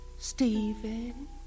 Stephen